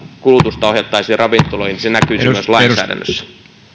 kulutusta ohjattaisiin ravintoloihin näkyisi myös lainsäädännössä